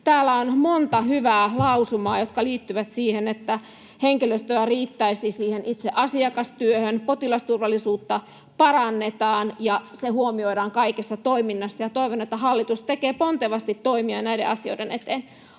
Täällä on monta hyvää lausumaa, jotka liittyvät siihen, että henkilöstöä riittäisi siihen itse asiakastyöhön, potilasturvallisuutta parannetaan ja se huomioidaan kaikessa toiminnassa, ja toivon, että hallitus tekee pontevasti toimia näiden asioiden eteen.